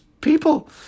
people